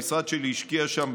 המשרד שלי השקיע שם,